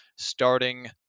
starting